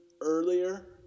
earlier